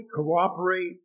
cooperate